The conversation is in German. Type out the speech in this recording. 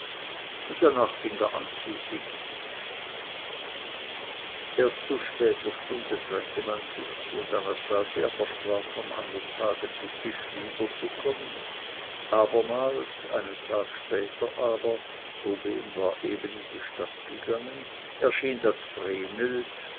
und danach fing er an zu singen erst zu später stunde trennte man sich und anastasia versprach am andern tage zu tisch wieder zu kommen abermals einen tag später aber rubehn war eben in die stadt gegangen erschien das